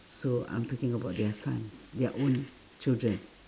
so I'm talking about their sons their own children